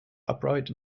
upright